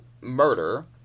murder